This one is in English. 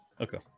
Okay